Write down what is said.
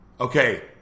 Okay